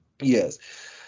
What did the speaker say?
Yes